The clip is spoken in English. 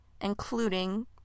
including